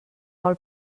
vol